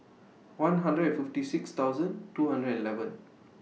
one hundred and fifty six thousand two hundred and eleven